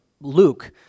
Luke